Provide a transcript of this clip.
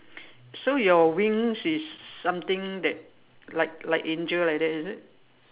so your wings is something that like like angel like that is it